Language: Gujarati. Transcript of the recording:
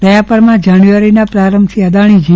દયાપરમાં જાન્યુઆરીનાં પ્રારંભથી અદાણી જી